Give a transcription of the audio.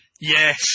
Yes